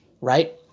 right